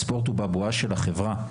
הספורט הוא בבואה של החברה.